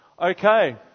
Okay